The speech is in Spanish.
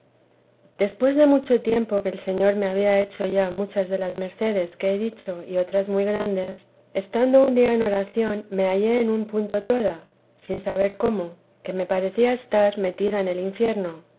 después de mucho tiempo que el señor me había hecho ya muchas de las mercedes que he dicho y otras muy grandes estando un día en oración me hallé en un punto toda sin saber cómo que me parecía estar metida en el infierno